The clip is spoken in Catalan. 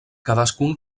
cadascun